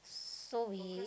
so we